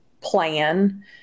plan